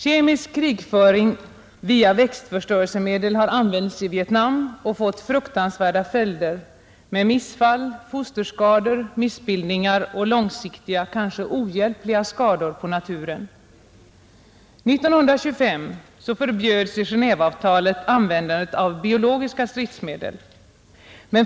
Kemisk krigföring via växtförstörelsemedel har använts i Vietnam och fått fruktansvärda följder med missfall, fosterskador, missbildningar och långsiktiga kanske ohjälpliga skador på naturen. År 1925 förbjöds i Genéveavtalet användandet av biologiska stridsmedel.